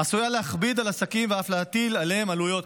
עשויה להכביד על העסקים ואף להטיל עליהם עלויות,